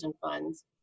funds